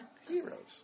Heroes